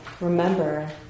remember